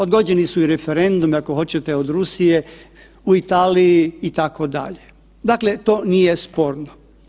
Odgođeni su i referendumi ako hoćete od Rusije, u Italiji itd., dakle to nije sporno.